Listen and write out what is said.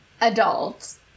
adults